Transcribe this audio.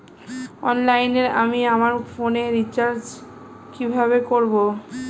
অনলাইনে আমি আমার ফোনে রিচার্জ কিভাবে করব?